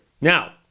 Now